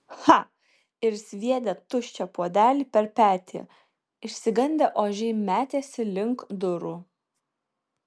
cha ir sviedė tuščią puodelį per petį išsigandę ožiai metėsi link durų